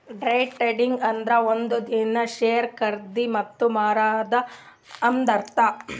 day trading ಅಂದುರ್ ಒಂದೇ ದಿನಾ ಶೇರ್ ಖರ್ದಿ ಮತ್ತ ಮಾರಾದ್ ಅಂತ್ ಅರ್ಥಾ